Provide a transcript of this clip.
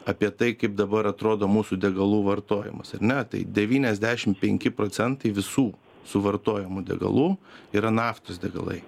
apie tai kaip dabar atrodo mūsų degalų vartojimas ar ne tai devyniasdešimt penki procentai visų suvartojamų degalų yra naftos degalai